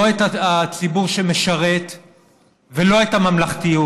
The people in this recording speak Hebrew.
לא את הציבור שמשרת ולא את הממלכתיות,